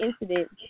incident